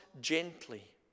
gently